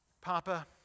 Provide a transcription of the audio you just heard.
Papa